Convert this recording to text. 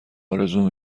آرزو